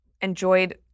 enjoyed